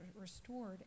restored